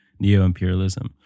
neo-imperialism